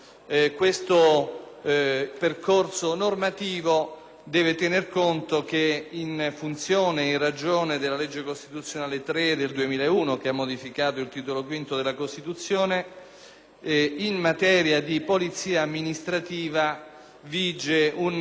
deve tenere conto che, in funzione ed in ragione della legge costituzionale n. 3 del 2001 che ha modificato il Titolo V della Costituzione, in materia di polizia amministrativa vige un riparto di legislazione concorrente con le Regioni.